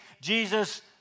Jesus